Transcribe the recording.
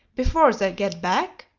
before they get back?